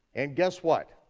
and guess what,